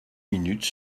minutes